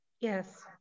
Yes